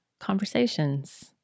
conversations